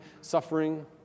suffering